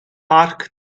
park